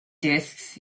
disks